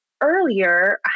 earlier